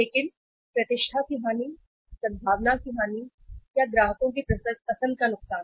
लेकिन प्रतिष्ठा की हानि सद्भावना की हानि या ग्राहक की पसंद का नुकसान